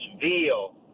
veal